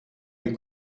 les